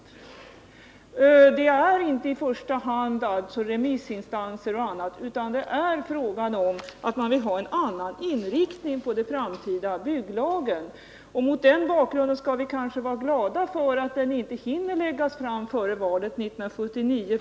Förseningen beror alltså inte i första hand på remissinstanserna, utan på att man vill ha en annan inriktning på den framtida bygglagen. Mot den bakgrunden skall vi trots allt kanske vara glada för att propositionen inte hinner läggas fram före valet 1979.